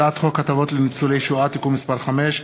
הצעת חוק הטבות לניצולי שואה (תיקון מס' 5),